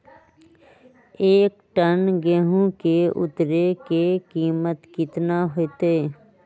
एक टन गेंहू के उतरे के कीमत कितना होतई?